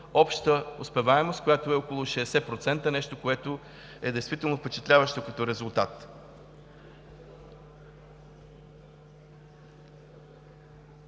обща успеваемост, която е около 60% – нещо, което действително е впечатляващо като резултат.